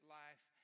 life